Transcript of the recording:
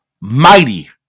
mighty